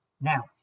Now